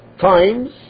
times